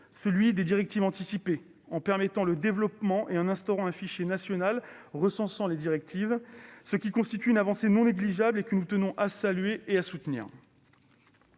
des directives anticipées, en permettant leur développement et en instaurant un fichier national les recensant, ce qui constitue une avancée non négligeable que nous tenons à saluer et à soutenir.